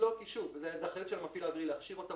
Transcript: זה אחריות של המפעיל האווירי להכשיר אותו,